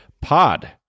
pod